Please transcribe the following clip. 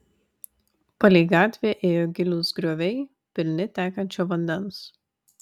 palei gatvę ėjo gilūs grioviai pilni tekančio vandens